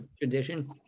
tradition